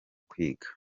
kwiga